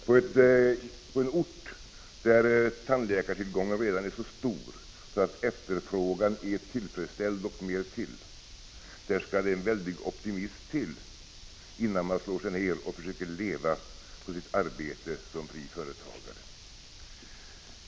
På en ort där tandläkartillgången redan är så stor att efterfrågan är tillfredsställd och mera därtill, skall det en väldig optimism till innan man slår sig ner där och försöker leva på sitt arbete som fri tandläkare och företagare.